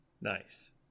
Nice